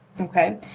okay